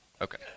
Okay